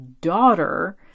daughter